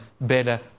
better